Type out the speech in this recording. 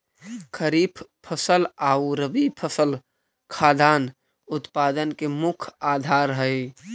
खरीफ फसल आउ रबी फसल खाद्यान्न उत्पादन के मुख्य आधार हइ